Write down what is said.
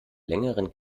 längeren